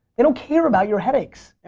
they don't care about your headaches.